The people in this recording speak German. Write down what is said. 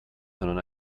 sondern